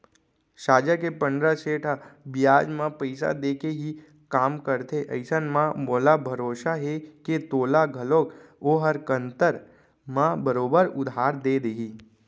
साजा के पंडरा सेठ ह बियाज म पइसा देके ही काम करथे अइसन म मोला भरोसा हे के तोला घलौक ओहर कन्तर म बरोबर उधार दे देही